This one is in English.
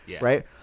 right